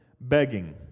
begging